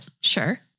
Sure